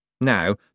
Now